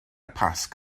pasg